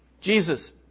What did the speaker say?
Jesus